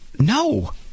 No